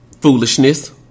foolishness